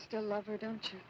still love her don't you